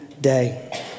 day